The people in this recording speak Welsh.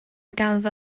ganddo